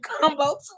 combo